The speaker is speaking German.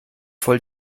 voll